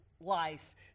life